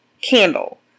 candle